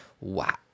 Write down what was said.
Wow